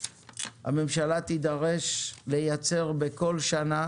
הממשלה תצטרך לייצר בכל שנה